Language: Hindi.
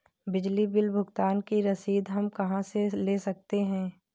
बिजली बिल भुगतान की रसीद हम कहां से ले सकते हैं?